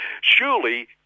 surely